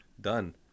Done